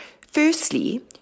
Firstly